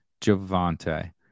Javante